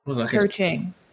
searching